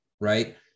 right